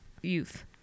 youth